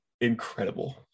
Incredible